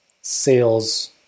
sales